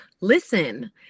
Listen